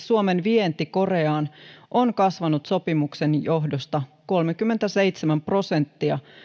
suomen vienti koreaan on kasvanut sopimuksen johdosta kolmekymmentäseitsemän prosenttia